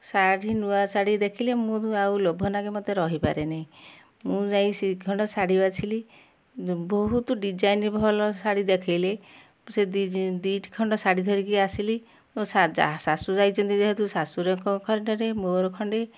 ଶାଢ଼ୀ ନୂଆ ଶାଢ଼ୀ ଦେଖିଲେ ମୁଁ ଆଉ ଲୋଭ ନାଗେ ମତେ ଆଉ ରହିପାରେନି ମୁଁ ଯାଇ ସେଇ ଖଣ୍ଡ ଶାଢ଼ୀ ବାଛିଲି ବହୁତ ଡିଜାଇନ ଭଲ ଶାଢ଼ୀ ଦେଖେଇଲେ ସେ ଦି ଦୁଇଟି ଖଣ୍ଡ ଶାଢ଼ୀ ଧରିକି ଆସିଲି ମୋ ଶାଶୁ ଯାଇଛନ୍ତି ଯେହେତୁ ଶାଶୁ ର ଖଣ୍ଡଟେ ମୋର ଖଣ୍ଡେ